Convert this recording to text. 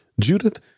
Judith